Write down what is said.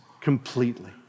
completely